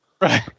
Right